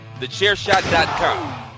TheChairShot.com